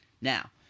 Now